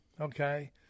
okay